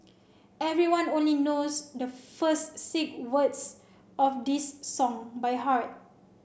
everyone only knows the first six words of this song by heart